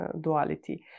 duality